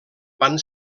van